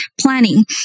planning